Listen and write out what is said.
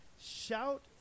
Shout